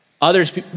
Others